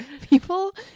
people